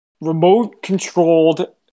remote-controlled